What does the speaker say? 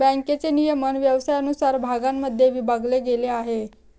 बँकेचे नियमन व्यवसायानुसार भागांमध्ये विभागले गेले आहे